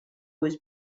was